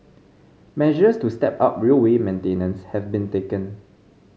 measures to step up railway maintenance have been taken